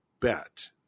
bet